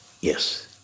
Yes